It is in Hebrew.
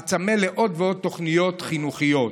הצמא לעוד ועוד תוכניות חינוכיות.